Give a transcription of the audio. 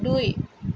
দুই